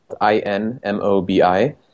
I-N-M-O-B-I